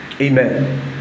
Amen